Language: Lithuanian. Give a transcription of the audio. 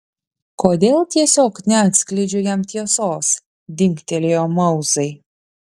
kodėl tiesiog neatskleidžiu jam tiesos dingtelėjo mauzai